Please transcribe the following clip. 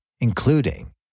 including